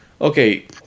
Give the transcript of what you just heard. okay